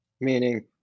meaning